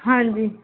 ਹਾਂਜੀ